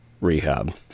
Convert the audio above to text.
rehab